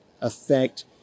affect